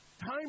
Time